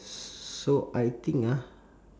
so I think ah